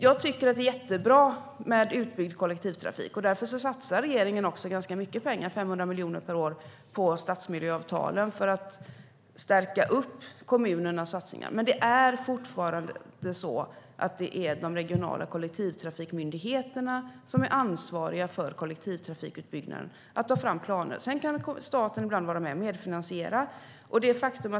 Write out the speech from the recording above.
Jag tycker att det är jättebra med utbyggd kollektivtrafik. Därför satsar regeringen också ganska mycket pengar, 500 miljoner per år, på stadsmiljöavtalen för att stärka kommunernas satsningar. Det är dock fortfarande de regionala kollektivtrafikmyndigheterna som är ansvariga för kollektivtrafikutbyggnaden och för att ta fram planer. Staten kan ibland vara med och medfinansiera.